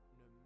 no